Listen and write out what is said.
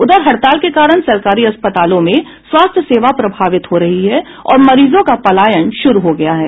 उधर हड़ताल के कारण सरकारी अस्पतालों में स्वास्थ्य सेवा प्रभावित हो रही है और मरीजों का पलायन शुरू हो गया है